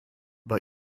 but